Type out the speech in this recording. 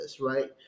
right